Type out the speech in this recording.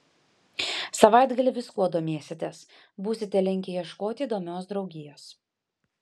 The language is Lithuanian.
savaitgalį viskuo domėsitės būsite linkę ieškoti įdomios draugijos